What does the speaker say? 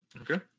Okay